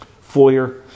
foyer